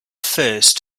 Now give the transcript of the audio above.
first